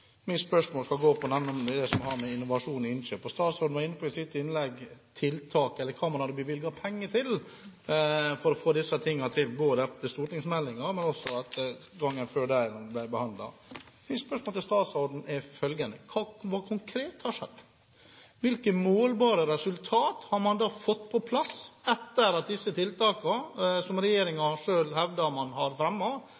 mitt spørsmål skal gå på. Mitt spørsmål skal nemlig gå på det som har med innovasjon og innkjøp å gjøre. Statsråden var i sitt innlegg inne på hva man hadde bevilget penger til for å få disse tingene til – etter at stortingsmeldingen ble behandlet. Mitt spørsmål til statsråden er følgende: Hva har skjedd konkret? Hvilke målbare resultat har man da fått på plass etter at disse tiltakene som